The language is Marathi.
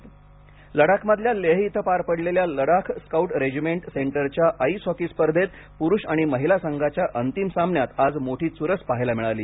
लडाख हॉकी लडाखमधल्या लेह इथं पार पडलेल्या लदाख स्काउट रेजिमेंट सेंटरच्या आईस हॉकी स्पर्धेत पुरुष आणि महिला संघाच्या अंतिम सामन्यात आज मोठी चुरस पाहायला मिळाली